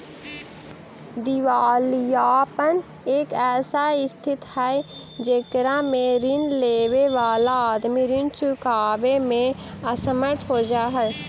दिवालियापन एक ऐसा स्थित हई जेकरा में ऋण लेवे वाला आदमी ऋण चुकावे में असमर्थ हो जा हई